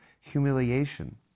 humiliation